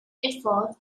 effort